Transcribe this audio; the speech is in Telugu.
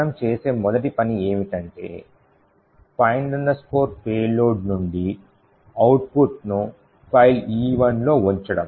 మనం చేసే మొదటి పని ఏమిటంటే find payload నుండి అవుట్పుట్ను ఫైల్ E1 లో ఉంచడం